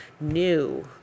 new